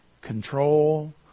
control